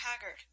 Haggard